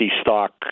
stock